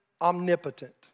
omnipotent